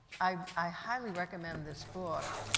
i highly recommend this book,